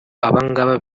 abangaba